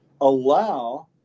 allow